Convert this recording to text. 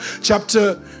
chapter